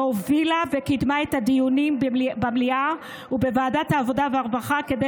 שהובילה וקידמה את הדיונים במליאה ובוועדת העבודה והרווחה כדי